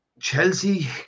Chelsea